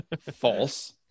false